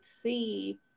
see